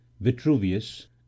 Vitruvius